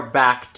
back